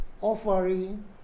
offering